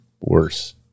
worse